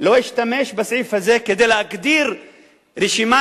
לא השתמש בסעיף הזה כדי להגדיר רשימה